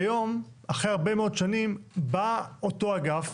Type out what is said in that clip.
והיום, אחרי הרבה מאוד שנים, בא אותו אגף,